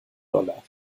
dollar